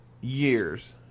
years